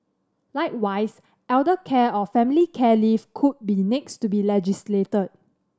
likewise elder care or family care leave could be next to be legislated